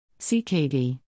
CKD